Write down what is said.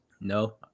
No